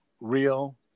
real